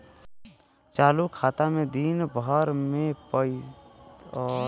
चालू खाता में दिन भर में कई बार पइसा निकालल जा सकल जाला